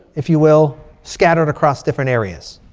if you will, scattered across different areas.